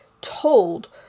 told